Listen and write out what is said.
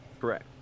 Correct